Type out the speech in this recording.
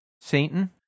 Satan